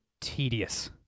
tedious